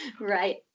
Right